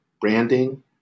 branding